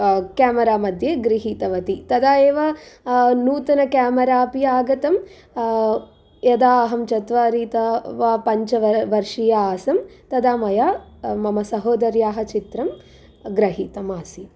camera मध्ये गृहीतवती तदा एव नूतन केमरा अपि आगतम् यदा अहं चत्वारिता वा पञ्चवर्षिया आसम् तदा मया मम सहोदर्याः चित्रं गृहीतम् आसीत्